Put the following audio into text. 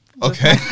okay